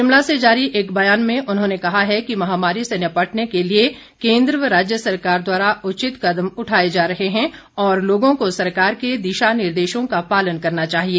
शिमला से जारी एक बयान में उन्होंने कहा है कि महामारी से निपटने के लिए केंद्र व राज्य सरकार द्वारा उचित कदम उठाये जा रहे हैं और लोगों को सरकार के दिशा निर्देशों का पालन करना चाहिए